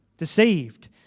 deceived